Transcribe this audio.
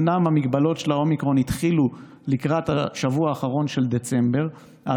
אומנם המגבלות של האומיקרון התחילו לקראת השבוע האחרון של דצמבר אך